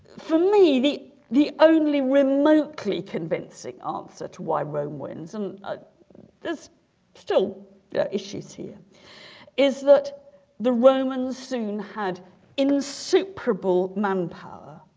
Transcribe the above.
for me the the only remotely convincing answer to why rome wins and ah there's still yeah issues here is that the romans soon had insuperable manpower